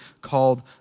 called